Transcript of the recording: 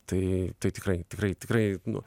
tai tikrai tikrai tikrai nu